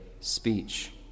speech